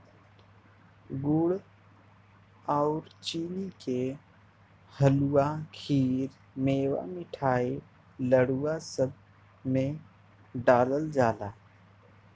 गुड़ आउर चीनी के हलुआ, खीर, मेवा, मिठाई, लड्डू, सब में डालल जाला